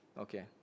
Okay